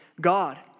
God